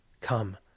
Come